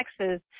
Texas